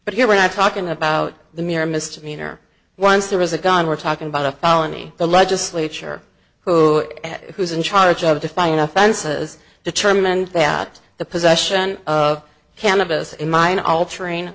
but here we're not talking about the mere mr mean or once there was a gun we're talking about a felony the legislature who who's in charge of defining offenses determined that the possession of cannabis in mind altering